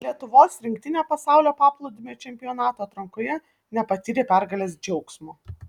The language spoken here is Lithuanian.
lietuvos rinktinė pasaulio paplūdimio čempionato atrankoje nepatyrė pergalės džiaugsmo